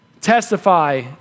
testify